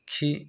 खि